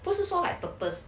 不是说 like purpose